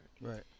right